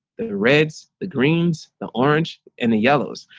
the reds, the greens, the orange, and the yellows.